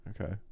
Okay